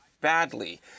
badly